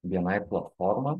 bni platformą